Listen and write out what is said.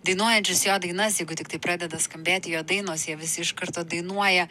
dainuojančius jo dainas jeigu tiktai pradeda skambėti jo dainos jie visi iš karto dainuoja